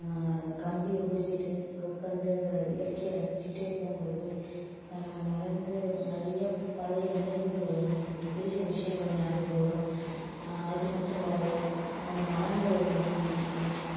கம்பியை பிடிச்சிட்டு உட்காந்து அந்த இயற்கையை ரசித்துட்டே போகும் போது தன்னை மறந்து நிறைய பழைய நினைவுகள் வரும் நமக்கு பிடிச்ச விஷயங்கள் நியாபகம் வரும் அது மட்டும் இல்லாம அந்த மரங்கள்